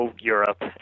Europe